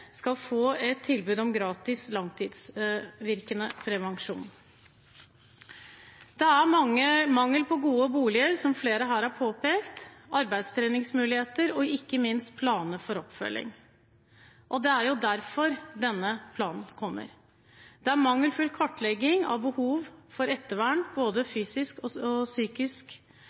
skal få tilbud om gratis langtidsvirkende prevensjon. Det er, som flere her har påpekt, mangel på gode boliger, på arbeidstreningsmuligheter og ikke minst på planer for oppfølging. Det er jo derfor denne planen kommer. Det er mangelfull kartlegging av behov for ettervern både når det gjelder det fysiske og det psykiske. Mennesker med alvorlige rusproblemer og